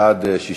בעד,